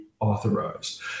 authorized